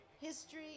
history